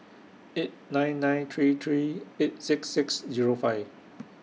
eight nine nine three three eight six six Zero five